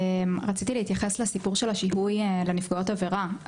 רציתי להתייחס לסיפור של השיהוי לנפגעות עבירה.